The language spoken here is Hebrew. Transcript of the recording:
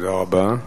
תודה רבה.